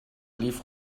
lief